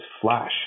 flash